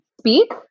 speak